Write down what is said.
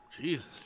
Jesus